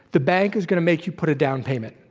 the bank is going to make you put a down payment.